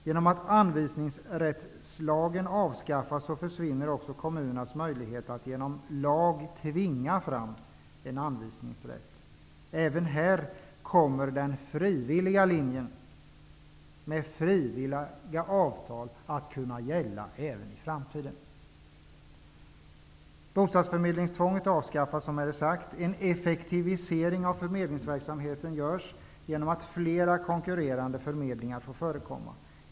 Genom att anvisningsrättslagen avskaffas försvinner kommunernas möjlighet att genom lag tvinga fram en anvisningsrätt. Även här kommer den frivilliga linjen med icke obligatoriska avtal att gälla i framtiden. En effektivisering av förmedlingsverksamheten görs genom att flera konkurrerande förmedlingar får förekomma.